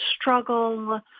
struggle